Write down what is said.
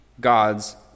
God's